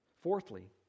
Fourthly